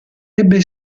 ebbe